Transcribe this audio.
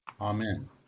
Amen